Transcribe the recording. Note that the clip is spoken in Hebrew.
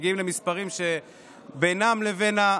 מגיעים למספרים שבינם לבין,